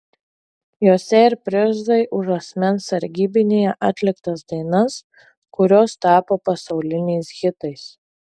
juose ir prizai už asmens sargybinyje atliktas dainas kurios tapo pasauliniais hitais